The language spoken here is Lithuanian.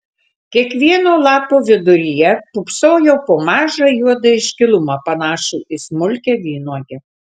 kiekvieno lapo viduryje pūpsojo po mažą juodą iškilumą panašų į smulkią vynuogę